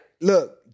look